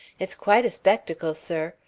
it's quite a spectacle, sir.